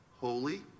Holy